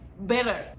better